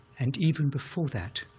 and even before that,